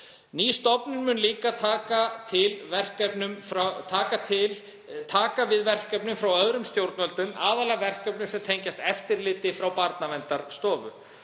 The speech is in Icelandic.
Ný stofnun mun líka taka við verkefnum frá öðrum stjórnvöldum, aðallega verkefnum sem tengjast eftirliti frá Barnaverndarstofu.